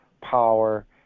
power